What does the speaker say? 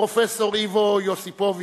פרופסור איוו יוסיפוביץ,